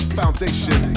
foundation